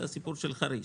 זה הסיפור של חריש,